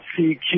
CQ